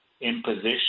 imposition